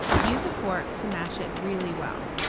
use a fork to mash it really well.